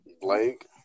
Blake